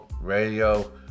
radio